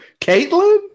Caitlin